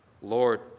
Lord